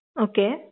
Okay